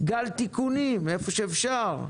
גל תיקונים איפה שאפשר,